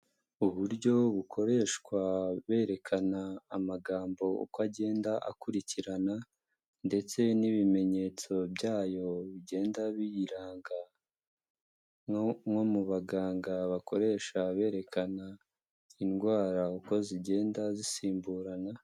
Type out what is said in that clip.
Uburyo bukoreshwa berekana amagambo uko agenda akurikirana, ndetse n'ibimenyetso byayo bigenda biyiranga, nko mu baganga bakoresha bererekana indwara uko zigenda zisimburana.